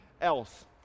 else